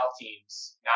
teams